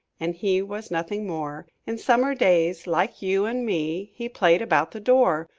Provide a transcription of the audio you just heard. and he was nothing more in summer days, like you and me, he played about the door,